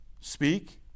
speak